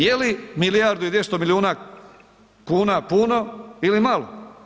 Je li milijardu i 200 milijuna kuna puno ili malo?